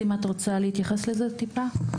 סימה, את רוצה להתייחס לזה טיפה?